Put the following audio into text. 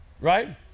Right